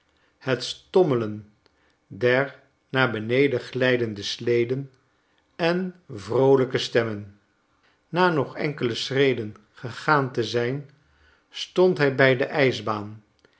het stommelen der naar beneden glijdende sleden en vroolijke stemmen na nog enkele schreden gegaan te zijn stond hij bij de ijsbaan